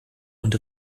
und